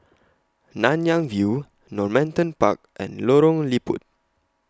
Nanyang View Normanton Park and Lorong Liput